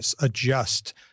adjust